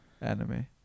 Anime